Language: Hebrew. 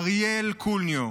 אריאל קוניו,